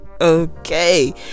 okay